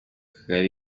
kagali